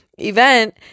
event